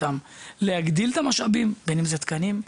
להגדיל את המשאבים,